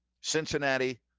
Cincinnati